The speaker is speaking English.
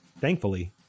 Thankfully